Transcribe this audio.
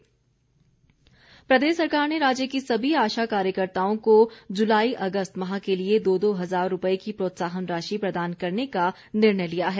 मुख्यमंत्री प्रदेश सरकार ने राज्य की सभी आशा कार्यकर्ताओं को जुलाई अगस्त माह के लिए दो दो हजार रूपए की प्रोत्साहन राशि प्रदान करने का निर्णय लिया है